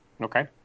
Okay